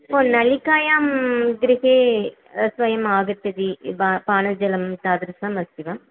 ओ नलिकायां गृहे स्वयम् आगच्छति पा पानजलं तादृशम् अस्ति वा